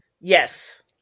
yes